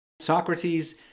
Socrates